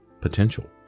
potential